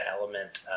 element